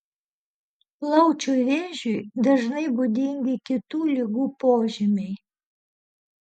plaučių vėžiui dažnai būdingi kitų ligų požymiai